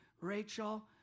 Rachel